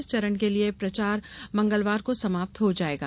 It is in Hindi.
इस चरण के लिए प्रचार मंगलवार को समाप्त हो जाएगा